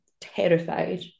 terrified